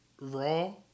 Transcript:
Raw